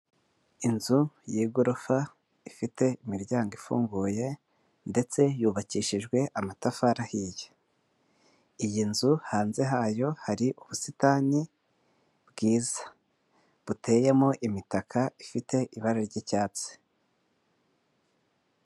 Inzu y'igorofa ifite imiryango ifunguye, ndetse yubakishijwe amatafari ahiye. Iyi nzu hanze yayo hari ubusitani bwiza. Buteyemo imitaka ifite ibara ry'icyatsi.